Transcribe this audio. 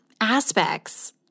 aspects